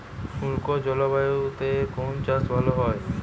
শুষ্ক জলবায়ুতে কোন চাষ ভালো হয়?